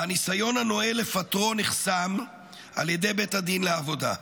והניסיון הנואל לפטרו נחסם על ידי בית הדין לעבודה.